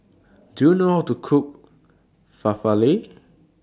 Do YOU know How to Cook